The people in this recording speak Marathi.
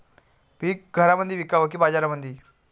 पीक घरामंदी विकावं की बाजारामंदी?